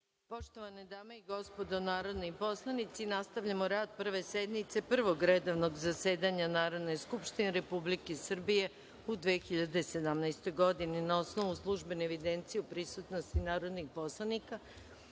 Poštovane dame i gospodo narodni poslanici, nastavljamo rad Prve sednice Prvog redovnog zasedanja Narodne skupštine Republike Srbije u 2017. godini. Na osnovu službene evidencije o prisutnosti narodnih poslanika,